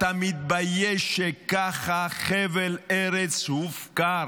אתה מתבייש שככה חבל ארץ הופקר,